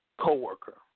coworker